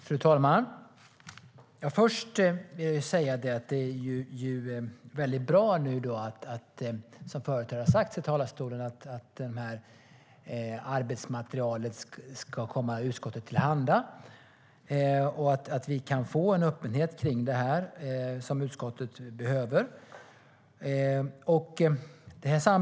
Fru talman! Först vill jag säga att det är väldigt bra, det som sagts förut här i talarstolen, att det här arbetsmaterialet ska komma utskottet till handa så att vi kan få den öppenhet som utskottet behöver kring det här.